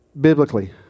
biblically